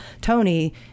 Tony